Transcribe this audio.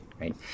right